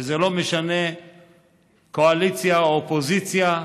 זה לא משנה קואליציה או אופוזיציה,